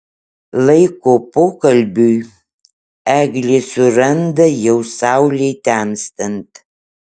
laiko pokalbiui eglė suranda jau saulei temstant